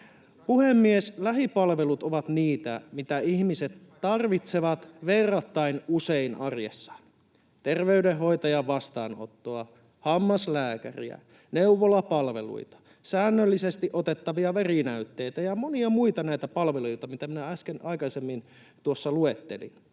Puhemies! Lähipalvelut ovat niitä, mitä ihmiset tarvitsevat verrattain usein arjessaan: terveydenhoitajan vastaanottoa, hammaslääkäriä, neuvolapalveluita, säännöllisesti otettavia verinäytteitä ja monia muita palveluita, mitä minä tuossa äsken, aikaisemmin luettelin.